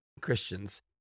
Christians